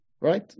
right